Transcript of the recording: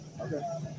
Okay